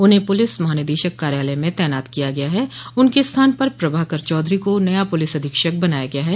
उन्हें पुलिस महानिदेशक कार्यालय में तैनात किया गया है उनके स्थान पर प्रभाकर चौधरी को नया पुलिस अधीक्षक बनाया गया है